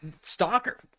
Stalker